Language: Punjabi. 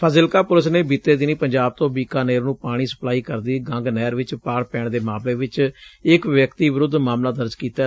ਫਾਜ਼ਿਲਕਾ ਪੁਲਿਸ ਨੇ ਬੀਤੇ ਦਿਨੀ ਪੰਜਾਬ ਤੋਂ ਬੀਕਾਨੇਰ ਨੂੰ ਪਾਣੀ ਸਪਲਾਈ ਕਰਦੀ ਗੰਗ ਨਹਿਰ ਚ ਪਾੜ ਪੈਣ ਦੇ ਮਾਮਲੇ ਚ ਇਕ ਵਿਅਕਤੀ ਵਿਰੁੱਧ ਮਾਮਲਾ ਦਰਜ ਕੀਤੈ